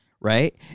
Right